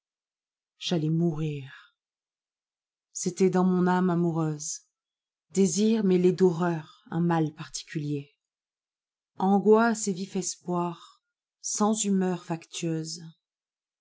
j'allais mourir c'était dans mon âme amoureuse désir mêlé d'horreur un mal particulier angoisse et vif espoir sans humeur